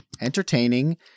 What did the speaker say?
entertaining